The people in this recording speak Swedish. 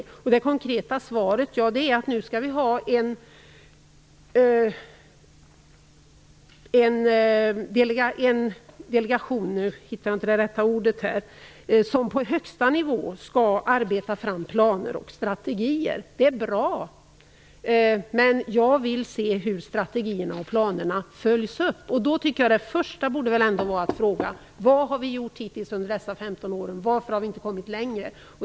Det konkreta svaret var att det skall tillsättas en delegation - jag hittar inte det rätta ordet - som på högsta nivå skall arbeta fram planer och strategier. Det är bra. Men jag vill se hur strategierna och planerna följs upp. Det första frågan borde väl ändå vara: Vad har vi gjort hittills under dessa 15 år, och varför har vi inte kommit längre?